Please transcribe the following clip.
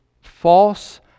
false